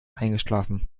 eingeschlafen